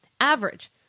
Average